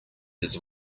his